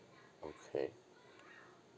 okay